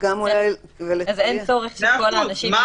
אין צורך שכל האנשים יהיו במקום,